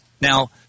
Now